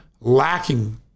lacking